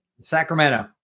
Sacramento